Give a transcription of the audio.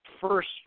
first